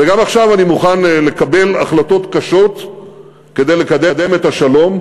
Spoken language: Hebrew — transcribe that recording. וגם עכשיו אני מוכן לקבל החלטות קשות כדי לקדם את השלום,